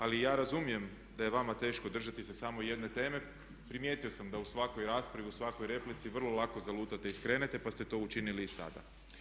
Ali ja razumijem da je vama teško držati se samo jedne teme, primijetio sam da u svakoj raspravi, u svakoj replici vrlo lako zalutate i skrenete pa ste to učinili i sada.